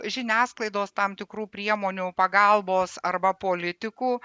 žiniasklaidos tam tikrų priemonių pagalbos arba politikų